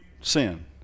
sin